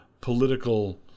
political